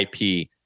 IP